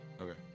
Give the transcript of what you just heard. Okay